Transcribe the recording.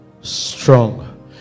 Strong